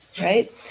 right